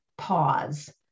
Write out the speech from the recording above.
Pause